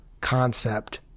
concept